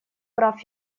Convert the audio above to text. прав